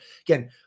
again